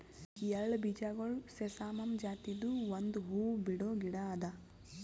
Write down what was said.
ಎಳ್ಳ ಬೀಜಗೊಳ್ ಸೆಸಾಮಮ್ ಜಾತಿದು ಒಂದ್ ಹೂವು ಬಿಡೋ ಗಿಡ ಅದಾ